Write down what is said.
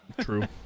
True